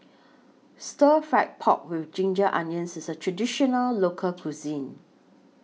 Stir Fry Pork with Ginger Onions IS A Traditional Local Cuisine